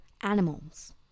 animals